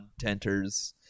contenters